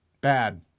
Bad